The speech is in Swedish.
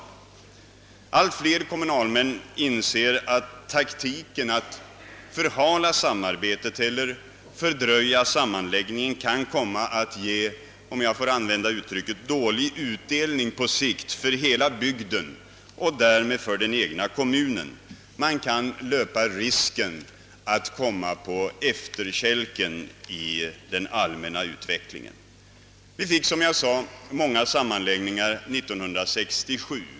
Allt fier kommunalmän inser att taktiken att förhala samarbetet eiler fördröja sammanläggningen kan komma att — om jag får använda uttrycket — ge dålig utdelning på sikt för hela bygden och därmed för den egna kommunen. Man kan löpa risken att komma på efterkälken i den allmänna utvecklingen. Vi fick, som jag sade, många sammanläggningar 1967.